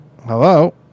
Hello